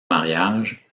mariage